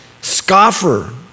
scoffer